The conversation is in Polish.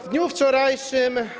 W dniu wczorajszym.